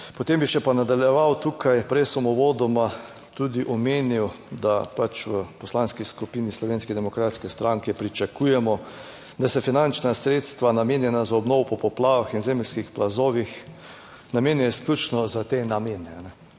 Potem bi še, pa nadaljeval, tukaj, prej sem uvodoma tudi omenil, da v poslanski skupini Slovenske demokratske stranke pričakujemo, da se finančna sredstva, namenjena za obnovo po poplavah in zemeljskih plazovih namenja izključno za te namene.